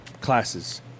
classes